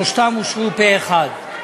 שלושתם אושרו פה-אחד,